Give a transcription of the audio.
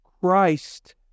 Christ